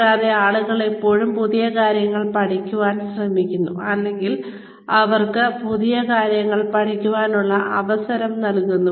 കൂടാതെ ആളുകൾ എപ്പോഴും പുതിയ കാര്യങ്ങൾ പഠിക്കാൻ ശ്രമിക്കുന്നു അല്ലെങ്കിൽ അവർക്ക് പുതിയ കാര്യങ്ങൾ പഠിക്കാനുള്ള അവസരം നൽകുന്നു